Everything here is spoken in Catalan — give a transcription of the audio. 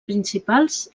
principals